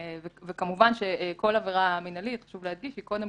וכמובן שכל עבירה מינהלית חשוב להדגיש היא קודם